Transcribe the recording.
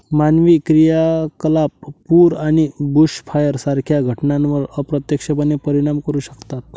मानवी क्रियाकलाप पूर आणि बुशफायर सारख्या घटनांवर अप्रत्यक्षपणे परिणाम करू शकतात